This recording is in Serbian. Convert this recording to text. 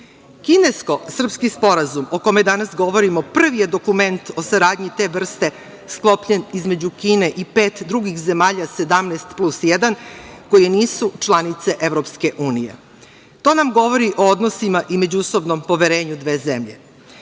sigurnosti. Kinesko-srpski sporazum o kome danas govorimo, prvi je dokument o saradnji te vrste, sklopljen između Kine i pet drugih zemalja, 17 plus jedan, koje nisu članice EU. To nam govori o odnosima i međusobnom poverenju dve zemlje. Sada